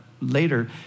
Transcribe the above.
later